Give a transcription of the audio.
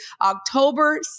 October